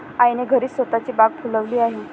आईने घरीच स्वतःची बाग फुलवली आहे